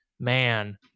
man